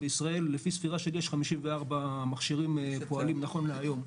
בישראל לפי ספירה שלי יש 54 מכשירים פועלים נכון להיום.